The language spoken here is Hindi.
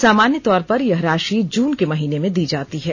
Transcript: सामान्य तौर पर यह राशि जून के महीने में दी जाती है